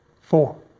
four